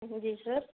जी sir